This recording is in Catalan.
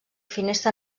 finestra